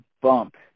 bump